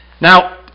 Now